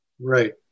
Right